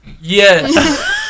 Yes